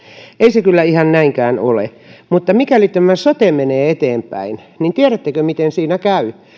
ei se kyllä ihan näinkään ole mutta mikäli tämä sote menee eteenpäin niin tiedättekö miten siinä käy